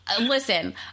Listen